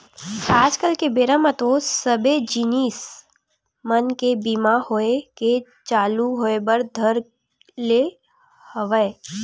आज कल के बेरा म तो सबे जिनिस मन के बीमा होय के चालू होय बर धर ले हवय